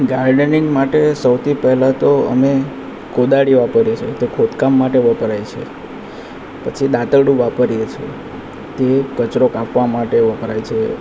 gardening માટે સૌથી પહેલા તો અમે કોદાળી વાપરીએ છીએ તો ખોદકામ માટે વપરાય છે પછી દાતરડું વાપરીએ છે તે કચરો કાપવા માટે વપરાય છે